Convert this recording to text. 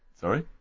Sorry